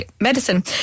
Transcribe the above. Medicine